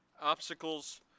Obstacles